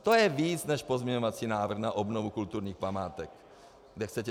To je víc než pozměňovací návrh na obnovu kulturních památek, kde chcete těch 340.